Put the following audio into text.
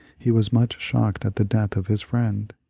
he was much shocked at the death of his friend.